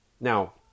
Now